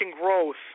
growth